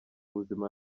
ubuzima